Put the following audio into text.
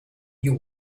you